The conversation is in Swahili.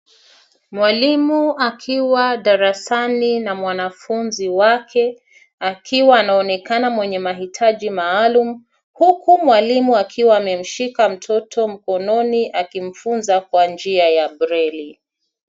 Mwalimu akiwa darasani na mwanafunzi wake, akiwa anaonekana mwenye mahitaji maalumu, huku mwalimu akiwa amemshika mtoto mkononi, akimfunza kwa njia ya breli.